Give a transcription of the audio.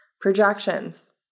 Projections